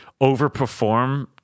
overperform